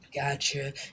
Gotcha